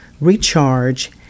recharge